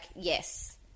yes –